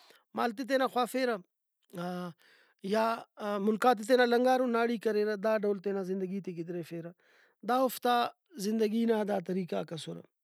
مالتے تینا خوافیرہ ہا یا مُلکاتے تینا لنگارؤ ناڑی کریرہ دا ڈول تینا زندگی تے گدریفیرہ دا اوفتا زندگی نا دا طریقہ آک اسرہ۔